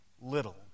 little